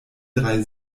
drei